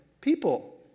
people